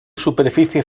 superficie